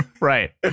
Right